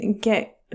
get